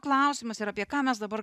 klausimas yra apie ką mes dabar